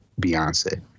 Beyonce